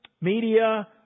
media